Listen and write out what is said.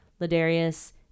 Ladarius